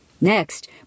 Next